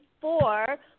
four